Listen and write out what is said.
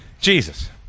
Jesus